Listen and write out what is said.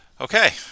okay